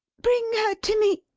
bring her to me,